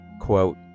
quote